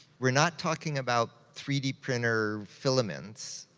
we're not talking about three d printer filaments.